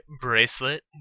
bracelet